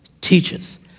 teaches